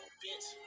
bitch